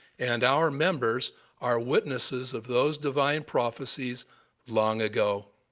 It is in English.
and our members are witnesses of those divine prophecies long ago.